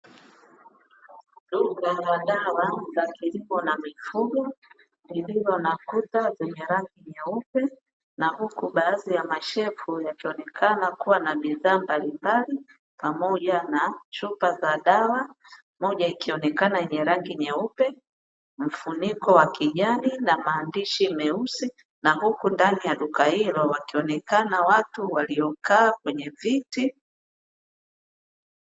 Duka la dawa za kilimo na mifugo, lililo na kuta zenye rangi nyeupe na huku baadhi ya mashelfu yakionekana kuwa na bidhaa mbalimbali pamoja na chupa za dawa. Moja ikionekana yenye rangi nyeupe, mfuniko wa kijani na maandishi meusi na huku ndani ya duka hilo wakionekana watu waliokaa kwenye viti.